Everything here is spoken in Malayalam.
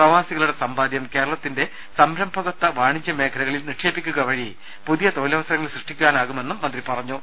പ്രവാസികളുടെ സമ്പാദ്യം കേരളത്തിന്റെ സംരഭകത്വ വാണിജൃ മേഖല കളിൽ നിക്ഷേപിക്കുക വഴി പുതിയ തൊഴിലവസരങ്ങൾ സൃഷ്ടിക്കുവാനാകുമെന്നും മന്ത്രി പറഞ്ഞു